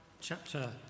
chapter